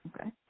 okay